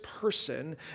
person